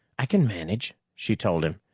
i can manage, she told him,